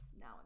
now